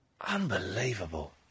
Unbelievable